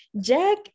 Jack